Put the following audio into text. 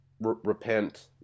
repent